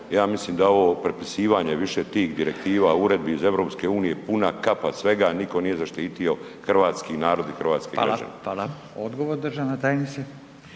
ja mislim da ovo prepisivanje više tih direktiva, uredbi iz EU puna kapa svega, nitko nije zaštitio hrvatski narod i hrvatske građane.